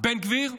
בן גביר,